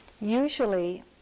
Usually